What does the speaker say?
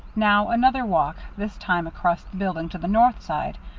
now another walk, this time across the building to the north side,